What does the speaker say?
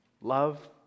love